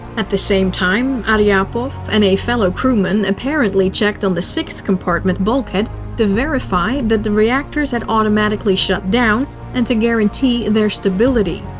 at the same time, aryapov and a fellow crewman apparently checked on the sixth compartment aft bulkhead to verify that the reactors had automatically shut down and to guarantee their stability.